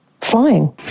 flying